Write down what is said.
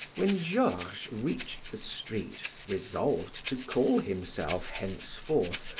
when georges reached the street resolved to call himself, henceforth,